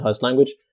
language